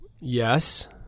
Yes